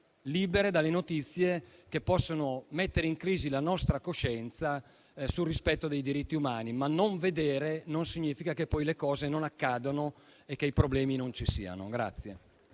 libere dalle notizie che possono mettere in crisi la nostra coscienza sul rispetto dei diritti umani, ma non vedere non significa che poi le cose non accadano e che i problemi non ci siano.